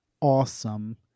awesome